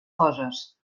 coses